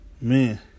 Man